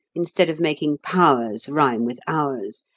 instead of making powers rhyme with ours,